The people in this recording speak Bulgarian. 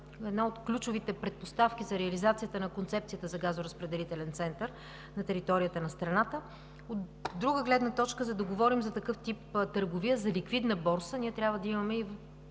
една от ключовите предпоставки за реализацията на концепцията за газоразпределителен център на територията на страната. От друга гледна точка, за да говорим за такъв тип търговия, за ликвидна борса, ние трябва да имаме и